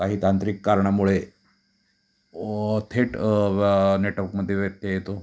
काही तांत्रिक कारणामुळे थेट नेटवर्कमध्ये व्यत्यय येतो